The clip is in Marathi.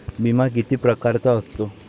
बिमा किती परकारचा असतो?